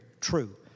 true